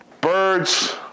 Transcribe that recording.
Birds